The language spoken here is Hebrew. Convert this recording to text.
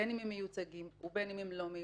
בין אם הם מיוצגים ובין אם הם לא מיוצגים.